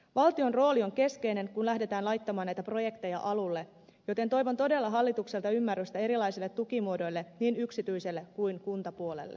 valtion rooli on keskeinen kun lähdetään laittamaan näitä projekteja alulle joten toivon todella hallitukselta ymmärrystä erilaisille tukimuodoille niin yksityisellä kuin kuntapuolella